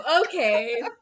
Okay